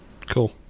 Cool